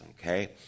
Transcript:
Okay